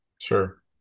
Sure